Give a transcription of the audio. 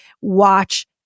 Watch